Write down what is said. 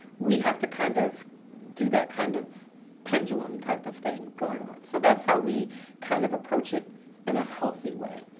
we have to kind of do that kind of pendulum type of thing going on. so that's how we kind of approach it in a healthy way.